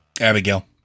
Abigail